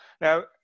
Now